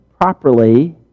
properly